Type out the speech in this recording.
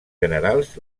generals